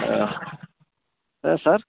ஆ ஆ சார்